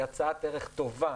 היא הצעת ערך טובה.